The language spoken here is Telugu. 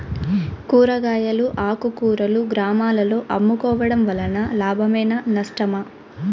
కూరగాయలు ఆకుకూరలు గ్రామాలలో అమ్ముకోవడం వలన లాభమేనా నష్టమా?